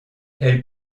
elle